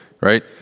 right